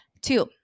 Two